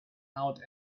out